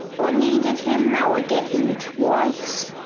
ah i needed him, now i get him twice?